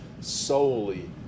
solely